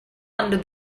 under